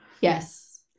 yes